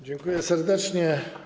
Dziękuję serdecznie.